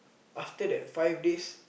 after that five days